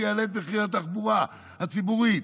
שיעלה את מחירי התחבורה הציבורית,